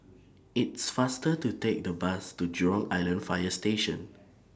IT IS faster to Take The Bus to Jurong Island Fire Station